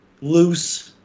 loose